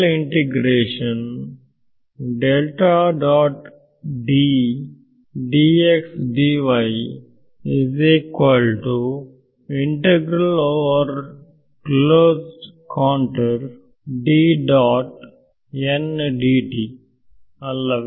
ಅಲ್ಲವೇ